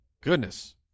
goodness